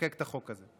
לחוקק את החוק הזה.